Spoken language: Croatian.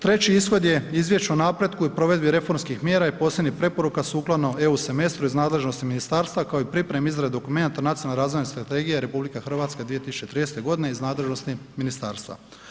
Treće ishod je izvješće o napretku i provedbi reformskih mjera i posebnih preporuka sukladno eu semestru iz nadležnosti ministarstva kao i pripremi izrade dokumenata Nacionalne razvojne strategija RH 2013. godine iz nadležnosti ministarstva.